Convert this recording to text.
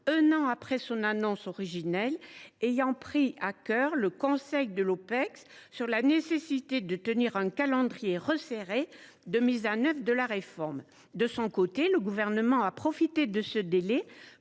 un an après son annonce initiale, ayant pris à cœur le conseil de l’Opecst sur la nécessité de tenir un calendrier resserré de mise en œuvre de la réforme. De son côté, le Gouvernement a profité de ce délai